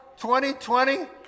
2020